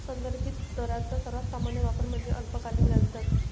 संदर्भित दरांचा सर्वात सामान्य वापर म्हणजे अल्पकालीन व्याजदर